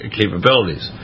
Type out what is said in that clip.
capabilities